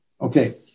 Okay